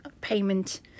payment